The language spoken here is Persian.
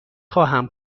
خواهم